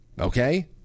okay